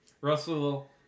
Russell